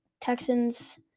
Texans